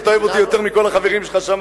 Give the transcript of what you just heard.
אתה אוהב אותי יותר מכל החברים שלך שמה,